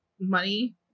money